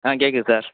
ஆ கேட்குது சார்